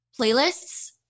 playlists